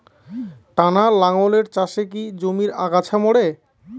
টানা লাঙ্গলের চাষে কি জমির আগাছা মরে?